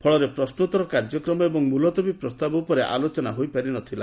ଫଳରେ ପ୍ରଶ୍ନୋଉର କାର୍ଯ୍ୟକ୍ରମ ଏବଂ ମୁଲତବୀ ପ୍ରସ୍ତାବ ଉପରେ ଆଲୋଚନା ହୋଇପାରିନଥିଲା